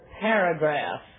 paragraph